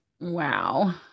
Wow